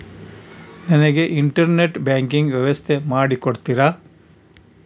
ನನಗೆ internet banking ವ್ಯವಸ್ಥೆ ಮಾಡಿ ಕೊಡ್ತೇರಾ?